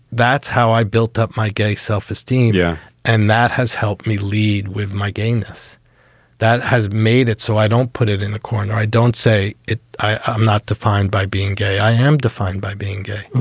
that's how i built up my gay self-esteem. yeah and that has helped me lead with my gayness that has made it so i don't put it in the corner. i don't say it. i'm not defined by being gay. i am defined by being gay.